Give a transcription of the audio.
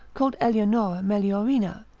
called elionora meliorina,